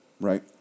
right